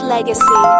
Legacy